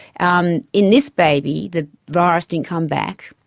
um in this baby the virus didn't come back.